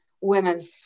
women